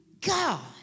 God